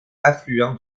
affluent